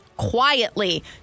quietly